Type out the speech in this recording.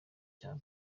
cya